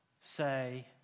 say